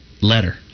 letter